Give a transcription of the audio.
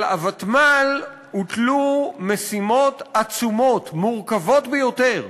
על הוותמ"ל הוטלו משימות עצומות, מורכבות ביותר.